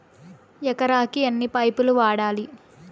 ఎకరాకి ఎన్ని పైపులు వాడాలి?